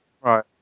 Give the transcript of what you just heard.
Right